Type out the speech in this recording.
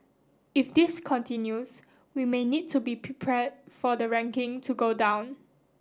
if this continues we may need to be prepared for the ranking to go down